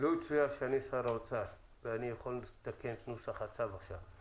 לו יצויר שאני שר האוצר ואני יכול לתקן את נוסח הצו עכשיו,